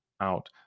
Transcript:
out